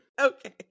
Okay